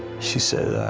she said,